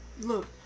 Look